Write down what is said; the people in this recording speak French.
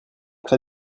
très